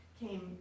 came